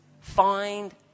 find